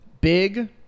big